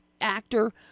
actor